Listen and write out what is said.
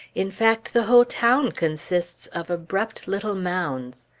in fact, the whole town consists of abrupt little mounds.